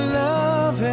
love